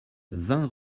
vingt